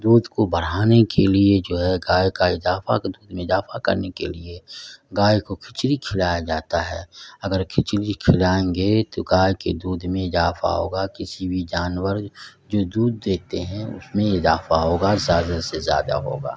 دودھ کو بڑھانے کے لیے جو ہے گائے کا اضافہ دودھ میں اضافہ کرنے کے لیے گائے کو کھچڑی کھلایا جاتا ہے اگر کھچڑی کھلائیں گے تو گائے کے دودھ میں اضافہ ہوگا کسی بھی جانور جو دودھ دیتے ہیں اس میں اضافہ ہوگا زیادہ سے زیادہ ہوگا